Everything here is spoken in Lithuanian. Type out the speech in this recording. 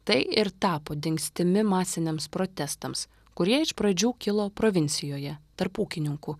tai ir tapo dingstimi masiniams protestams kurie iš pradžių kilo provincijoje tarp ūkininkų